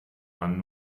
man